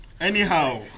anyhow